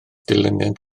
dilyniant